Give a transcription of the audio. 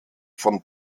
von